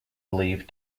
believed